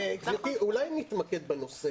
גברתי, אולי נתמקד בנושא.